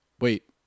Wait